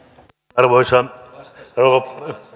arvoisa rouva